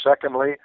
Secondly